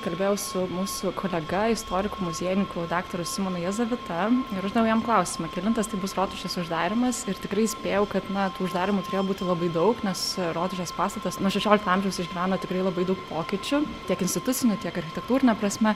kalbėjau su mūsų kolega istoriku muziejininku daktaru simonu jazavita ir uždaviau jam klausimą kelintas tai bus rotušės uždarymas ir tikrai spėjau kad na tų uždarymų turėjo būti labai daug nes rotušės pastatas nuo šešiolikto amžiaus išgyveno tikrai labai daug pokyčių tiek instituciniu tiek architektūrine prasme